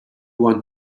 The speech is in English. want